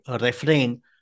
refrain